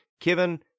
Kevin